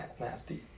nasty